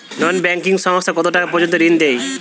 নন banking সংস্থা কতটাকা পর্যন্ত ঋণ দেয়?